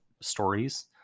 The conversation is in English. stories